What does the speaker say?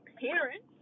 parents